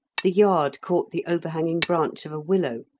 the yard caught the overhanging branch of a willow,